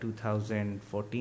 2014